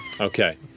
Okay